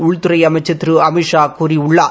உள்துறை அமைச்சர் திரு அமித்ஷா கூறியுள்ளார்